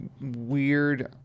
weird